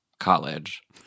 college